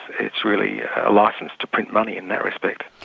it's really a licence to print money in that respect.